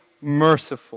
merciful